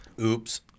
Oops